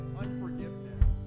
unforgiveness